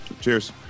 Cheers